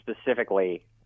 specifically